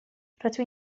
rydw